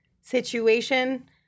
situation